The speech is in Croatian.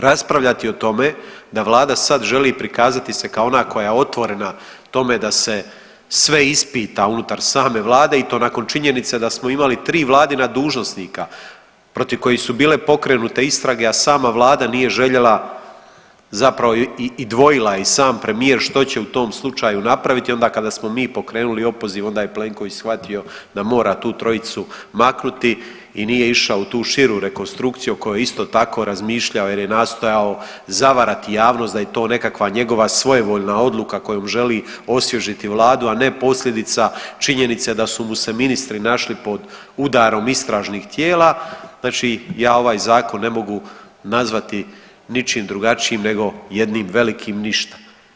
Raspravljati o tome da vlada sad želi prikazati se kao ona koja je otvorena tome da se sve ispita unutar same vlade i to nakon činjenice da smo imali tri vladina dužnosnika protiv kojih su bile pokrenute istrage, a sama vlada nije željela zapravo i dvojila i sam premijer što će u tom slučaju napraviti onda kada smo mi napravili opoziv onda je Plenković shvatio da mora tu trojicu maknuti i nije išao u to širu rekonstrukciju o kojoj je isto tako razmišljao jer je nastojao zavarati javnost da je to nekakva njegova svojevoljna odluka kojom želi osvježiti vladu, a ne posljedica činjenice da su mu se ministri našli pod udarom istražnih tijela, znači ja ovaj zakon ne mogu nazvati ničim drugačijim nego jednim velikim ništa.